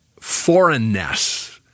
foreignness—